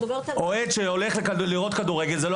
אוהד שהולך לראות כדורגל זה לא